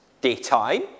daytime